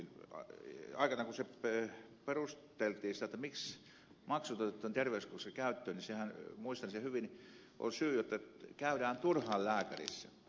aikanaan kun perusteltiin miksi maksut otettiin terveyskeskuksessa käyttöön niin sehän muistan sen hyvin oli syy että käydään turhaan lääkärissä